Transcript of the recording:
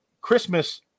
Christmas